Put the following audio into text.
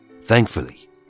Thankfully